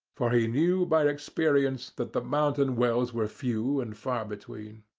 for he knew by experience that the mountain wells were few and far between.